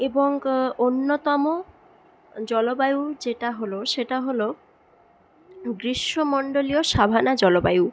এবং অন্যতম জলবায়ু যেটা হল সেটা হল গ্রীষ্মমন্ডলীয় সাভানা জলবায়ু